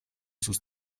sus